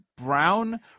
Brown